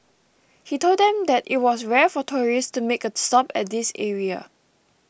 he told them that it was rare for tourists to make a stop at this area